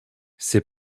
ses